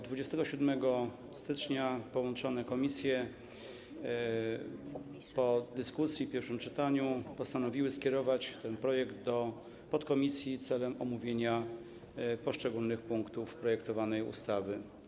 27 stycznia połączone komisje po dyskusji w pierwszym czytaniu postanowiły skierować ten projekt do podkomisji w celu omówienia poszczególnych punktów projektowanej ustawy.